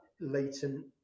latent